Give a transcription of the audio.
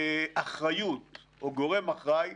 אחריות או גורם אחראי,